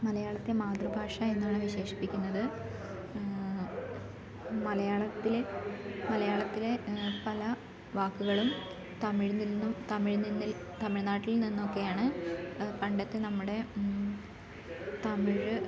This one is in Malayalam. മലയാളത്തെ മാതൃഭാഷ എന്നാണ് വിശേഷിപ്പിക്കുന്നത് മലയാളത്തിലെ മലയാളത്തിലെ പല വാക്കുകളും തമിഴിൽ നിന്നും തമിഴ് നിന്നിൽ തമിഴ് നാട്ടിൽ നിന്നൊക്കെയാണ് പണ്ടത്തെ നമ്മുടെ തമിഴ്